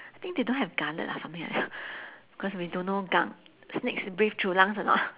think they don't have gullet or something like that ah cause we don't know gu~ snakes breathe through lungs or not